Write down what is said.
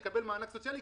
יקבל מענק סוציאלי.